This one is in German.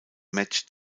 match